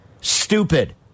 Stupid